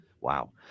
wow